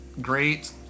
great